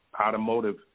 automotive